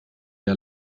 der